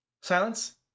silence